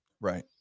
Right